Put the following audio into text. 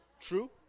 True